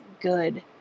good